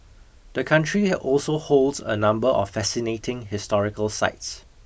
the country also holds a number of fascinating historical sites